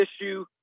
issue